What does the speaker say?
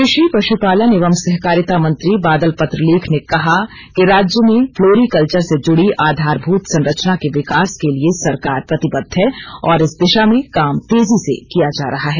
कृषि पशुपालन एवं सहकारिता मंत्री बादल पत्रलेख ने कहा कि राज्य में फ्लोरी कल्वर से जुड़ी आधारभूत संरचना के विकास के लिये सरकार प्रतिबद्ध है और इस दिशा में काम तेजी से किया जा रहा है